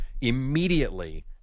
immediately